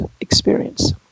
experience